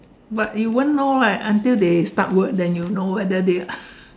but you won't know right until they start work then you know whether they are